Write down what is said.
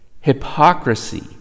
hypocrisy